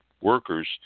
workers